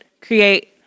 create